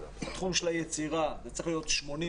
בתחום של היצירה זה צריך להיות 80%/20%